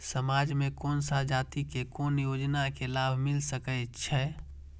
समाज में कोन सा जाति के कोन योजना के लाभ मिल सके छै?